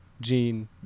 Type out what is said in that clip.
Gene